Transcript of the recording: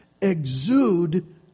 exude